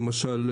למשל,